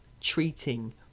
treating